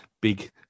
big